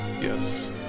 Yes